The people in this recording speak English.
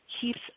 keeps